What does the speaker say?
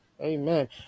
Amen